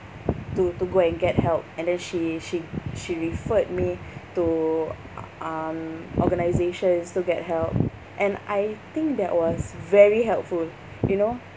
to to go and get help and then she she she referred me to um organisations to get help and I think that was very helpful you know